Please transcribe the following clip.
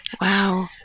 Wow